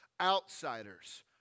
Outsiders